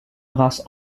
race